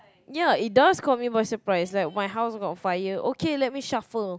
ya it does caught me by surprise like my house got fire okay let me shuffle